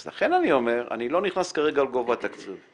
אז לכן אני אומר שאני לא נכנס כרגע לגובה התקציב,